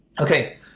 Okay